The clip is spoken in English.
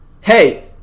hey